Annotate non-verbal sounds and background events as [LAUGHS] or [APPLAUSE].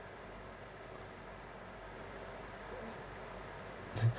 [LAUGHS]